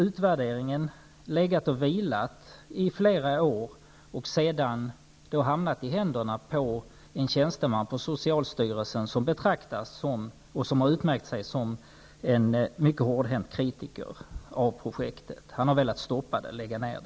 Utvärderingen av projektet har vilat i flera år och sedan hamnat i händerna på en tjänsteman vid socialstyrelsen som har utmärkt sig som en mycket hårdhänt kritiker av projektet. Han har velat lägga ner projektet.